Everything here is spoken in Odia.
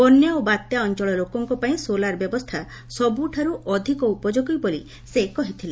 ବନ୍ୟା ଓ ବାତ୍ୟା ଅଞ୍ଚଳ ଲୋକଙ୍କ ପାଇଁ ସୋଲାର ବ୍ୟବସ୍ରା ସବୁଠାରୁ ଅଧିକ ଉପଯୋଗୀ ବୋଲି ସେ କହିଥିଲେ